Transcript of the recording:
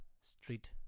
street